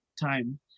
time